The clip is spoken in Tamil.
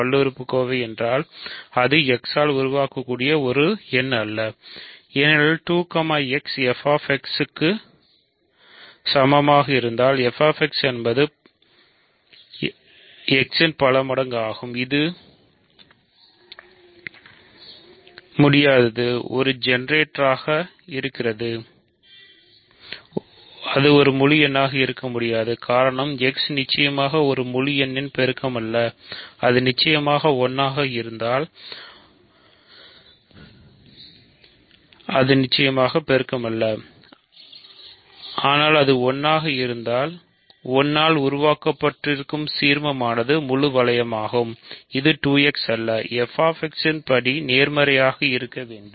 படி f X என்றால் 0 f படி நேர்மறையாக இருக்க வேண்டும்